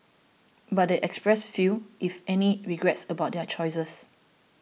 but they expressed few if any regrets about their choices